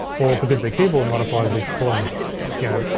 or because they're keyboard modifiers, we call em, yeah